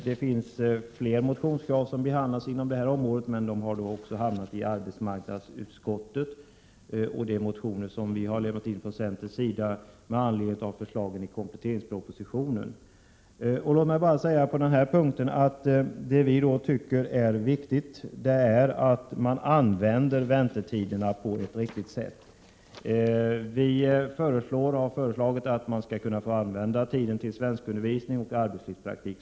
Det finns fler motioner inom det området, men de har hamnat i arbetsmarknadsutskottet. Det gäller bl.a. de motioner som vi har väckt från centerns sida med anledning av förslagen i kompletteringspropositionen. Låt mig bara säga på den punkten att det vi tycker är viktigt är att man använder väntetiderna på ett riktigt sätt. Vi har föreslagit att tiden skall få användas till svenskundervisning och arbetslivspraktik.